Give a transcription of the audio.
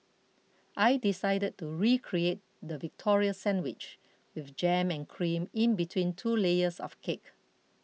I decided to recreate the Victoria Sandwich with jam and cream in between two layers of cake